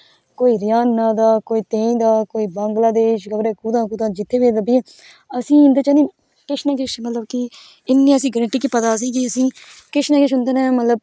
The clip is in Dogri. कोई हरियाना दा कोई तेंई दा कोई बंगलादेस खोरे कुत्थाआं कुत्थां फिर असे गी इंदा च ना किश ना किश मतलब कि इन्हे आसेगी पता उन्दे कन्ने किश किश ना मतलब